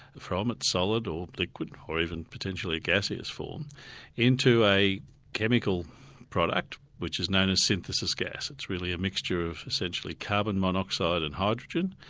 from its solid or liquid or even potential gaseous form into a chemical product which is known as synthesis gas. it's really a mixture of essentially carbon monoxide and hydrogen,